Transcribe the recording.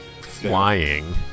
flying